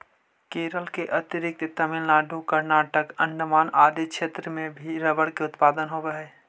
केरल के अतिरिक्त तमिलनाडु, कर्नाटक, अण्डमान आदि क्षेत्र में भी रबर उत्पादन होवऽ हइ